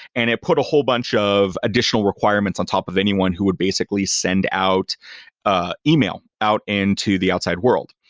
and it put a whole bunch of additional requirements on top of anyone who would basically send out ah email out into the outside world.